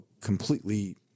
completely